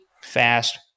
fast